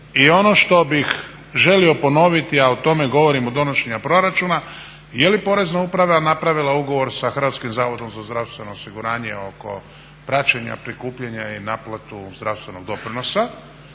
I ono što bih želio ponoviti, ali o tome govorim od donošenja proračuna jeli Porezna uprava napravila ugovor sa HZZO-om oko praćenja prikupljanja i naplatu zdravstvenog doprinosa